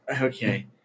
Okay